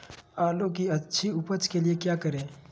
आलू की अच्छी उपज के लिए क्या करें?